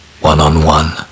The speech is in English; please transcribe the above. one-on-one